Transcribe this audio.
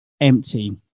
empty